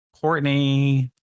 Courtney